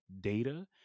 data